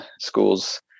schools